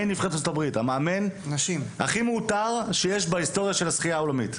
המאמן הכי מעוטר שיש בהיסטוריה של השחייה העולמית,